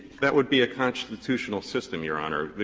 that would be a constitutional system, your honor.